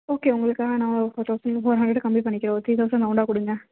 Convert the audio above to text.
okay உங்களுக்காக நான் ஒரு ஃபோர் தௌசண்ட் ஃபோர் ஹண்ட்ரடு கம்மி பண்ணிக்கிறேன் ஒரு த்ரீ தௌசண்ட் ரௌண்டாக கொடுங்க